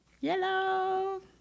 Yellow